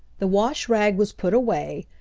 the wash-rag was put away,